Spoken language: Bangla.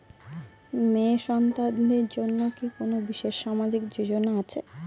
মেয়ে সন্তানদের জন্য কি কোন বিশেষ সামাজিক যোজনা আছে?